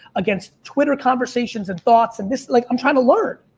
against twitter conversations and thoughts, and this is like, i'm trying to learn.